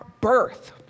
birth